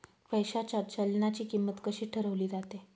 पैशाच्या चलनाची किंमत कशी ठरवली जाते